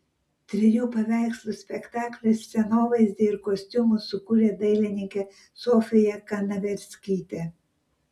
trijų paveikslų spektakliui scenovaizdį ir kostiumus sukūrė dailininkė sofija kanaverskytė